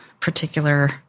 particular